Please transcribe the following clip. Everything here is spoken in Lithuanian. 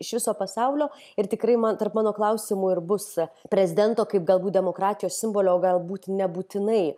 iš viso pasaulio ir tikrai man tarp mano klausimų ir bus prezidento kaip galbūt demokratijos simbolio o galbūt nebūtinai